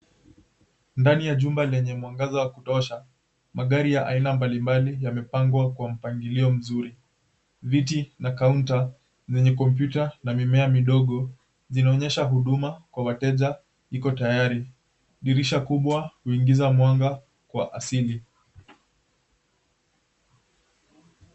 Ndani ya jumba lenye mwangaza wa kutosha. Magari ya aina mbalimbali yamepangwa kwa mpangilio mzuri. Viti na kaunta, vyenye kompyuta na mimea midogo, zinaonyesha huduma kwa wateja iko tayari. Dirisha kubwa kuingiza mwanga kwa asili.